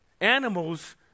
Animals